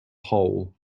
hole